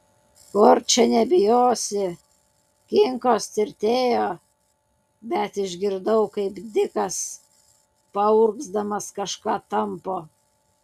kur čia nebijosi kinkos tirtėjo bet išgirdau kaip dikas paurgzdamas kažką tampo